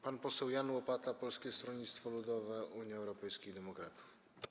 Pan poseł Jan Łopata, Polskie Stronnictwo Ludowe - Unia Europejskich Demokratów.